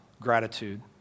gratitude